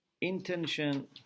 Intention